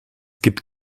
gibt